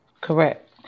Correct